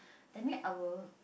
that mean I will